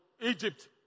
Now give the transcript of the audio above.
Egypt